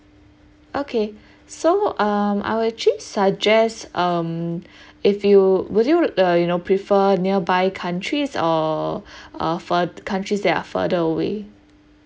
okay so um I will actually suggest um if you would you uh you know prefer nearby countries or uh fur~ countries that are further away